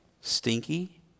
stinky